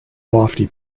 lofty